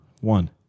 one